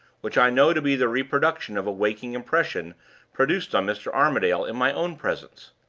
which i know to be the reproduction of a waking impression produced on mr. armadale in my own presence.